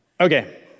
Okay